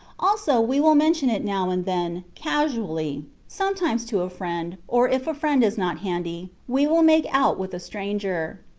also, we will mention it now and then, casually sometimes to a friend, or if a friend is not handy, we will make out with a stranger.